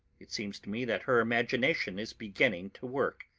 it seems to me that her imagination is beginning to work.